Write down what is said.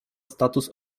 status